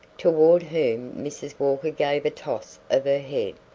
toward whom mrs. walker gave a toss of her head.